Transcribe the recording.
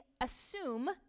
assume